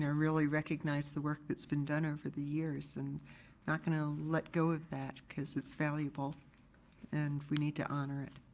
ah really recognize the work that's been done over the years and i'm not gonna let go of that because it's valuable and we need to honor it.